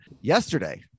Yesterday